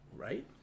Right